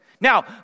now